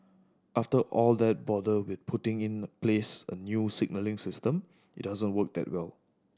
after all that bother with putting in place a new signalling system it doesn't work that well